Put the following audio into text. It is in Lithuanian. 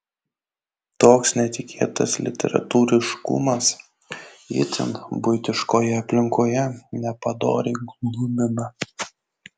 toks netikėtas literatūriškumas itin buitiškoje aplinkoje nepadoriai glumina